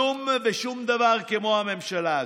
כלום ושום דבר, כמו הממשלה הזאת.